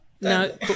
No